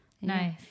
Nice